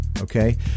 Okay